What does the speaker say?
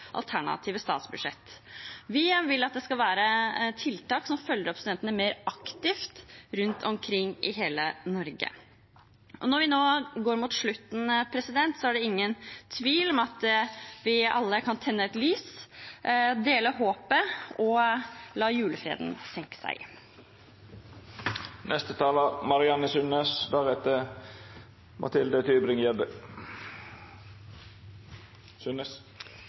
alternative statsbudsjett. Vi vil at det skal være tiltak som følger opp studentene mer aktivt rundt omkring i hele Norge. Når vi nå går mot slutten, er det ingen tvil om at vi alle kan tenne et lys, dele håpet og la julefreden senke seg. Representanten Marianne